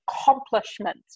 accomplishment